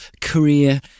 career